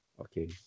Okay